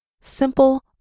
Simple